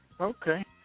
okay